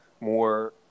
more